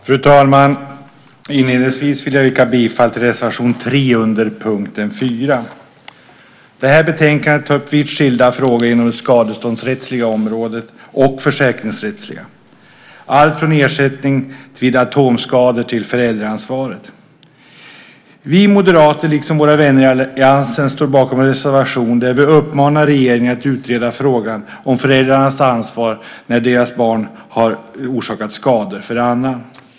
Fru talman! Inledningsvis vill jag yrka bifall till reservation 3 under punkt 4. Det här betänkandet tar upp vitt skilda frågor inom det skadeståndsrättsliga och försäkringsrättsliga området. Det gäller allt från ersättning vid atomskador till föräldraansvaret. Vi moderater, liksom våra vänner i alliansen, står bakom en reservation där vi uppmanar regeringen att utreda frågan om föräldrarnas ansvar när deras barn har orsakat skador för annan.